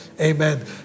amen